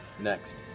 Next